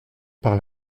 par